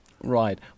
Right